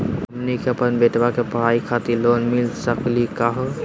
हमनी के अपन बेटवा के पढाई खातीर लोन मिली सकली का हो?